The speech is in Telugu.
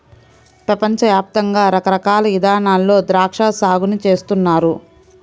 పెపంచ యాప్తంగా రకరకాల ఇదానాల్లో ద్రాక్షా సాగుని చేస్తున్నారు